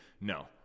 no